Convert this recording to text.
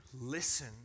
listen